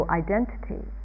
identity